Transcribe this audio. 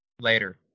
later